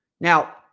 now